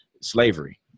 slavery